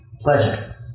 pleasure